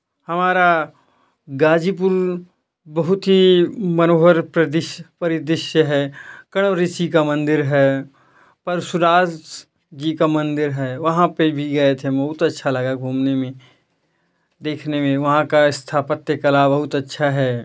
हमारा गाज़ीपुर बहुत ही मनोहर प्रदिस्य परिदृश्य है कौरव ऋषि का मंदिर है परशुराज गी का मंदिर है वहाँ पर भी गए थे हम ऊ तो अच्छा लगा घूमने में देखने में वहाँ का स्थापत्य कला बहुत अच्छा है